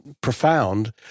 profound